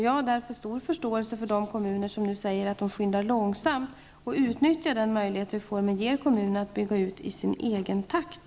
Jag har därför stor förståelse för de kommuner som nu säger att de skyndar långsamt och utnyttjar den möjlighet reformen ger kommunerna att bygga ut i egen takt.